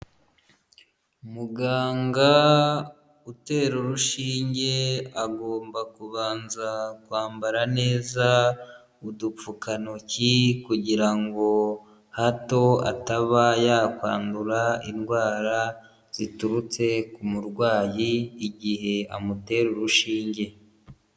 Muganga utera urushinge agomba kubanza kwambara neza udupfukantoki, kugira hato ataba yakwandura indwara ziturutse ku murwayi, igihe amutera urushinge.